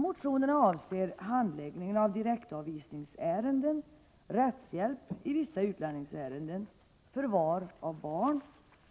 Motionerna avser handläggningen av direktavvisningsärenden, rättshjälp i vissa utlänningsärenden, förvaring av barn,